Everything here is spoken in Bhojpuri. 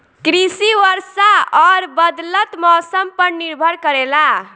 कृषि वर्षा और बदलत मौसम पर निर्भर करेला